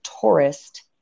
tourist